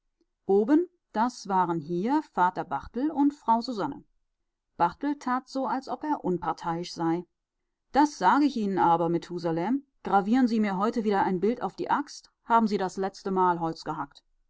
oben das waren hier vater barthel und frau susanne barthel tat so als ob er unparteiisch sei das sage ich ihnen aber methusalem gravieren sie mir heute wieder ein bild auf die axt haben sie das letztemal holz gehackt